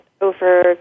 over